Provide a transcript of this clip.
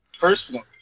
Personally